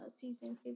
season